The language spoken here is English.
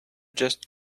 just